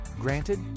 Granted